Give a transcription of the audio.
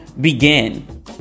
begin